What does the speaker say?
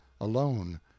alone